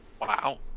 Wow